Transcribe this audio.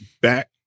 back